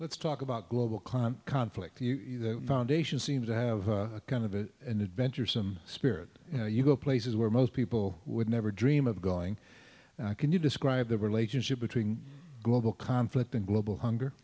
let's talk about global climate conflict you seem to have a kind of an adventuresome spirit you know you go places where most people would never dream of going can you describe the relationship between global conflict and global hunger